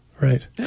Right